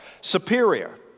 Superior